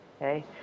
Okay